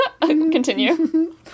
Continue